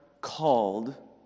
called